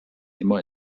immer